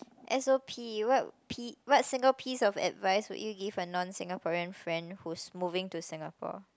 s_o_p what P what single piece of advice would you give a non Singaporean friend who's moving to Singapore